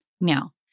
Now